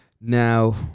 Now